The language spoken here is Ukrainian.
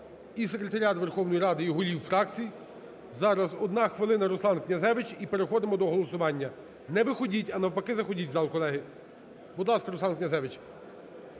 і секретаріат Верховної Ради, і голів фракцій. Зараз одна хвилина, Руслан Князевич, і переходимо до голосування. Не виходіть, а, навпаки, заходіть в зал, колеги. Будь ласка, Руслан Князевич.